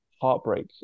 heartbreak